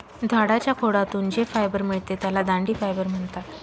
झाडाच्या खोडातून जे फायबर मिळते त्याला दांडी फायबर म्हणतात